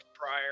prior